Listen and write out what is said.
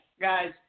guys